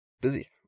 busy